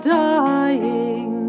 dying